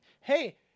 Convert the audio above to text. Hey